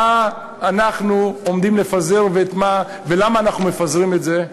מה אנחנו עומדים לפזר ולמה אנחנו מפזרים את זה,